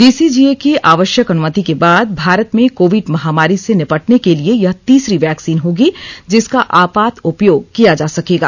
DCGA की आवश्यक अनुमति के बाद भारत में कोविड महामारी से निपटने के लिए यह तीसरी वैक्सीन होगी जिसका आपात उपयोग किया जा सकेंगा